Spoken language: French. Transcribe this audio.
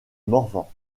morvan